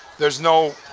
there's no